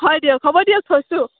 হয় দিয়ক হ'ব দিয়ক থৈছোঁ